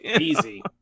easy